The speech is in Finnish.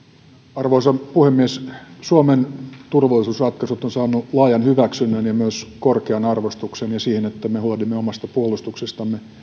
arvoisa puhemies suomen turvallisuusratkaisut ovat saaneet laajan hyväksynnän ja myös korkean arvostuksen ja siihen että me huolehdimme omasta puolustuksestamme